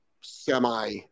semi